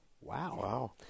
Wow